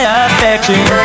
affection